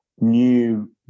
new